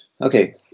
okay